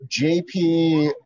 JP